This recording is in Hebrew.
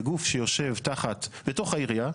זה גוף שיושב בתוך העירייה.